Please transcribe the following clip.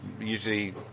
usually